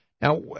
Now